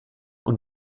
und